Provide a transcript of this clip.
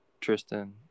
Tristan